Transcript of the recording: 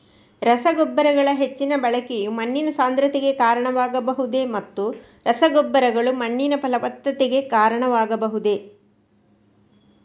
ರಸಗೊಬ್ಬರಗಳ ಹೆಚ್ಚಿನ ಬಳಕೆಯು ಮಣ್ಣಿನ ಸಾಂದ್ರತೆಗೆ ಕಾರಣವಾಗಬಹುದೇ ಮತ್ತು ರಸಗೊಬ್ಬರಗಳು ಮಣ್ಣಿನ ಫಲವತ್ತತೆಗೆ ಕಾರಣವಾಗಬಹುದೇ?